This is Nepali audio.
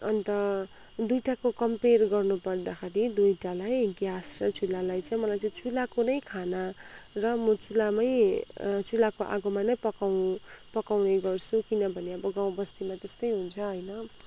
अन्त दुइटाको कम्पेयर गर्नु पर्दाखेरि दुइटालाई ग्यास र चुलालाई चाहिँ मलाई चाहिँ चुलाको नै खाना र म चुलामै चुलाको आगोमा नै पकउ पकाउने गर्छु किनभने अब गाउँ बस्तीमा त्यस्तै हुन्छ होइन